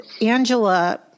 Angela